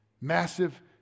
massive